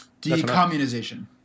De-Communization